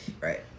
Right